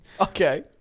Okay